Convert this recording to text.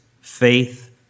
faith